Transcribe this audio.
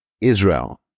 Israel